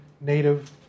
native